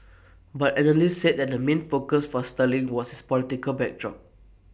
but analysts said that the main focus for sterling was its political backdrop